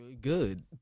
good